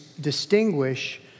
distinguish